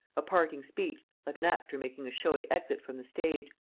a parting speech, like an actor making a showy exit from the stage,